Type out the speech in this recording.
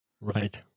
Right